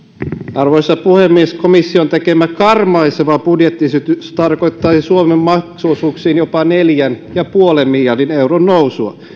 arvoisa puhemies komission tekemä karmaiseva budjettiesitys tarkoittaisi suomen maksuosuuksiin jopa neljän pilkku viiden miljardin euron nousua